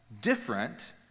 different